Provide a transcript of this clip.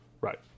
right